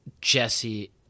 Jesse